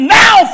now